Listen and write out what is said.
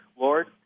Lord